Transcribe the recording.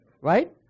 right